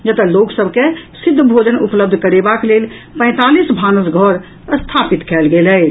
जतऽ लोकसभ के सिद्ध भेजन उपलब्ध करेबाक लेल पैंतालीस भानस घर स्थापित कायल गेल अछि